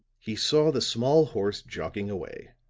he saw the small horse jogging away,